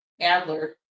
Adler